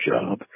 job